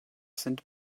sind